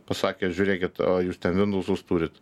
pasakė žiūrėkit o jūs minusus turit